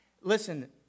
Listen